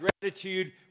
gratitude